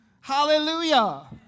Hallelujah